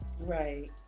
Right